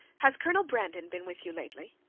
has colonel brandon been with you lately?